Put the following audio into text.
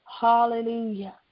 Hallelujah